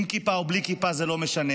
עם כיפה או בלי כיפה, זה לא משנה.